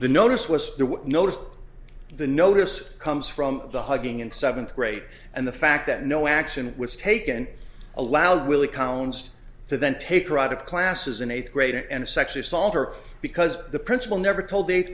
what noticed the notice comes from the hugging in seventh grade and the fact that no action was taken allowed willy collins to then take her out of classes in eighth grade and a sexual assault or because the principal never told a te